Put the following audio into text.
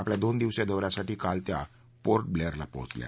आपल्या दोन दिवसीय दौ यासाठी काल त्या पोर्ट ब्लेअरला पोहोचल्या